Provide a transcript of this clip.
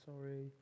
sorry